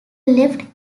left